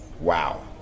Wow